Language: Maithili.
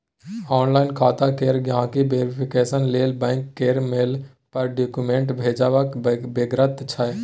आनलाइन खाता केर गांहिकी वेरिफिकेशन लेल बैंक केर मेल पर डाक्यूमेंट्स भेजबाक बेगरता छै